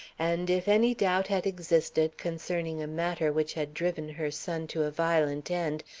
and if any doubt had existed concerning a matter which had driven her son to a violent end,